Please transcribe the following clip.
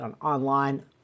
online